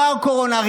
לא הקורונה,